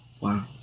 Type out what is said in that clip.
Wow